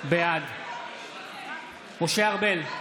בעד משה ארבל,